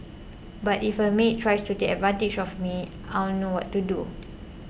but if a maid tries to take advantage of me I'll know what to do